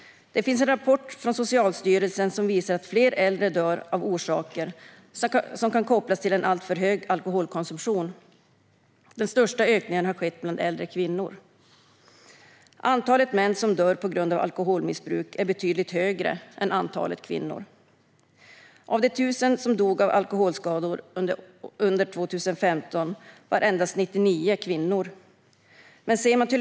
Det finns en rapport från Socialstyrelsen som visar att fler äldre dör av orsaker som kan kopplas till en alltför hög alkoholkonsumtion. Den största ökningen har skett bland äldre kvinnor. Antalet män som dör på grund av alkoholmissbruk är betydligt större än antalet kvinnor. Av de 1 000 personer som dog av alkoholskador under 2015 var endast 99 kvinnor.